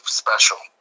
special